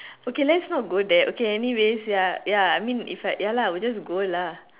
okay let's not go there okay anyways ya ya I mean if I ya lah I would just go lah